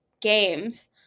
games